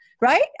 right